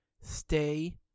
Stay